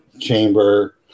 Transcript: chamber